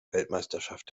weltmeisterschaft